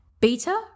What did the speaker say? Beta